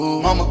Mama